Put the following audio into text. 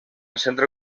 centre